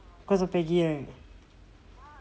cause of peggy right